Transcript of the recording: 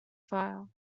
fire